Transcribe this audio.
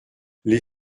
les